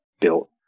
built